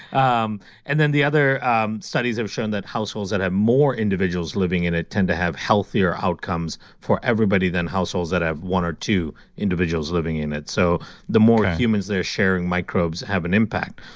um and then the other um studies have shown that households that have more individuals living in it tend to have healthier outcomes for everybody than households that have one or two individuals living in it. so the more humans they're sharing microbes have an impact.